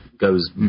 Goes